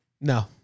No